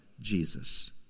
Jesus